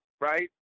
right